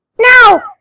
No